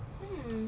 hmm